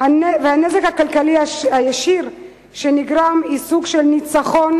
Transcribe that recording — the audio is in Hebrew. והנזק הכלכלי הישיר שנגרם היא של ניצחון,